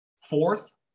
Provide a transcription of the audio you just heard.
fourth